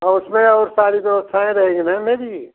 और उसमें और सारी व्यवस्थाएँ रहेंगी ना मेरी